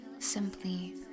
Simply